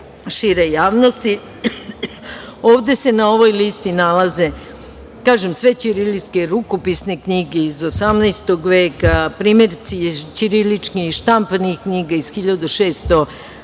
šire javnosti. Ovde se na ovoj listi nalaze sve ćirilske, rukopisne knjige iz 18. veka, primerci ćirilični i štampanih knjiga iz 1638.